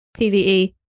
PVE